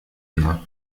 wir